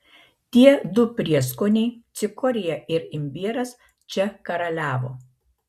tie du prieskoniai cikorija ir imbieras čia karaliavo